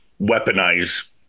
weaponize